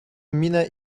minę